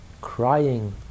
crying